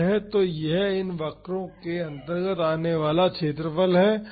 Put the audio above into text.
तो यह इन वक्रों के अंतर्गत आने वाला क्षेत्रफल है